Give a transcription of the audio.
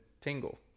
tingle